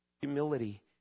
humility